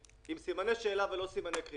כל השאלות האלו היו אמורות להיות פתורות לפני